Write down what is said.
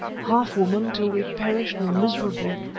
half woman, till we perished miserably.